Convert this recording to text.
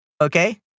okay